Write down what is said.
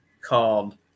called